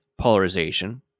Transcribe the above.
polarization